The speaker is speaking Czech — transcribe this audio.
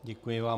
Děkuji vám.